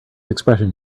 expression